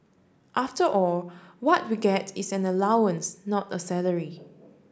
after all what we get is an allowance not a salary